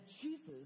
Jesus